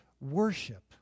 worship